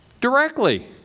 Directly